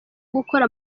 gukora